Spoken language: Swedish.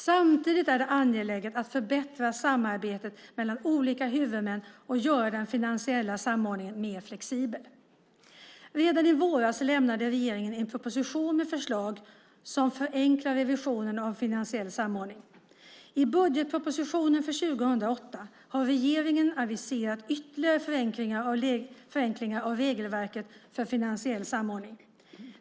Samtidigt är det angeläget att förbättra samarbetet mellan olika huvudmän och göra den finansiella samordningen mer flexibel. Redan i våras lämnade regeringen en proposition med förslag som förenklar revisionen av finansiell samordning. I budgetpropositionen för 2008 har regeringen aviserat ytterligare förenklingar av regelverket för finansiell samordning.